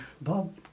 Bob